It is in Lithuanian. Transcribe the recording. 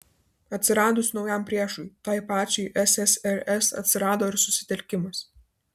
atsiradus naujam priešui tai pačiai ssrs atsirado ir susitelkimas